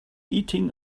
eating